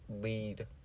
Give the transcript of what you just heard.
lead